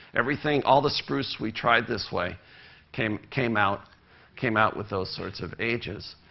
everything all the spruce we tried this way came came out came out with those sorts of ages.